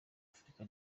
afurika